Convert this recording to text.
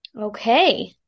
okay